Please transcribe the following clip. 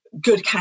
good